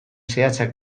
zehatzak